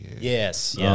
Yes